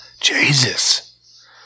Jesus